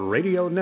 Radio